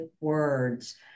words